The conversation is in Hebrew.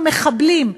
המחבלים,